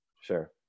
Sure